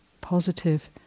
positive